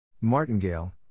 Martingale